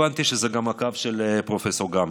הבנתי שזה גם הקו של פרופ' גמזו.